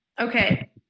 Okay